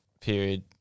period